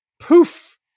Poof